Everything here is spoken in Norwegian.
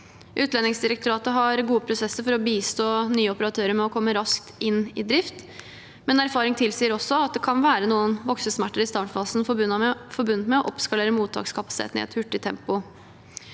Utlendingsdirektoratet har gode prosesser for å bistå nye operatører med å komme raskt inn i drift, men erfaring tilsier også at det kan være noen voksesmerter i startfasen forbundet med å oppskalere mottakskapasiteten i et hurtig tempo.